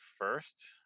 first